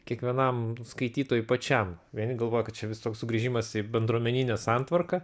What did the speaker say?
kiekvienam skaitytojui pačiam vieni galvoja kad čia vis toks sugrįžimas į bendruomeninę santvarką